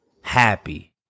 happy